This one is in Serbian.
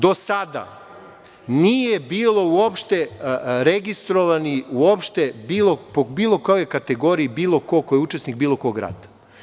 Do sada nije bilo uopšte registrovanih po bilo kojoj kategoriji, bilo ko ko je učesnik bilo kog rata.